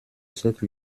cette